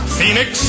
Phoenix